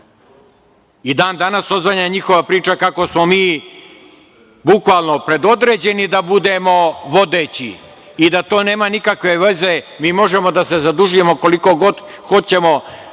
I dan danas odzvanja njihova priča kako smo mi bukvalno predodređeni da budemo vodeći i da to nema nikakve veze, mi možemo da se zadužujemo koliko god hoćemo,